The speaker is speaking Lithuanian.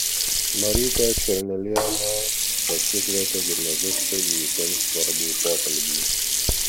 marytę černelienę pasikvietė gimnazistai į itin svarbų pokalbį